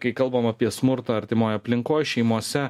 kai kalbam apie smurtą artimoj aplinkoj šeimose